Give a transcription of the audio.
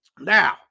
Now